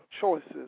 choices